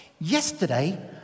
Yesterday